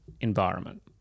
environment